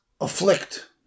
afflict